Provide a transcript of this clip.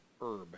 herb